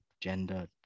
gender